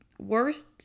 Worst